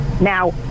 Now